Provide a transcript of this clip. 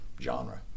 genre